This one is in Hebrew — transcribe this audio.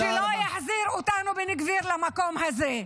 שלא יחזיר אותנו, בן גביר, למקום הזה.